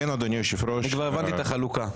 אני כבר הבנתי את החלוקה.